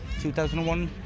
2001